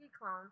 clone